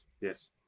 yes